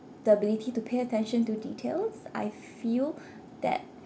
the ability to pay attention to details I feel that